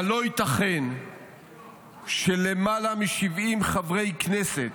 אבל לא ייתכן שלמעלה מ-70 חברי כנסת